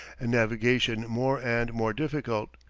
and navigation more and more difficult,